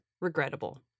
regrettable